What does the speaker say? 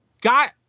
got